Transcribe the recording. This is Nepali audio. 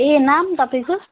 ए नाम तपाईँको